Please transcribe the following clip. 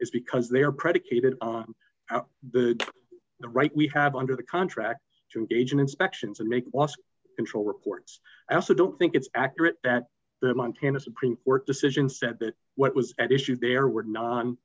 is because they are predicated on the the right we have under the contracts to engage in inspections and make lost control reports i also don't think it's accurate that the montana supreme court decision said that what was at issue there were no